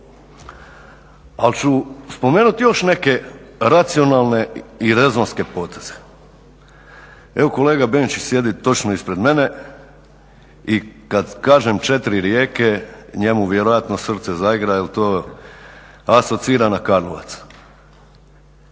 Ali ću spomenuti još neke racionalne i rezonske poteze. Evo kolega Benčić sjedi točno ispred mene i kad kažem četiri rijeke, njemu vjerojatno srce zaigra jer to asocira na Karlovac.